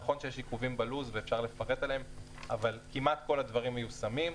נכון שיש עיכובים בלו"ז ואפשר לפרט עליהם אבל כמעט כל הדברים מיושמים,